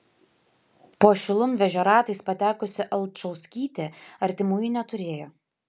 po šilumvežio ratais patekusi alčauskytė artimųjų neturėjo